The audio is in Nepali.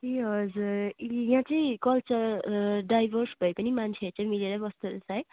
ए हजुर यहाँ चाहिँ कल्चरल डाइभर्स भए पनि मान्छेहरू चाहिँ मिलेर बस्दोरहेछ है